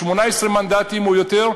18 מנדטים או יותר,